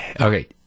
okay